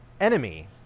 Enemy